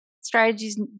strategies